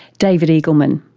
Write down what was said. david eagleman.